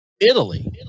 Italy